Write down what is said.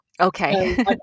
Okay